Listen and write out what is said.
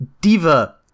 Diva